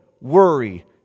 worry